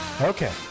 Okay